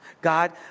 God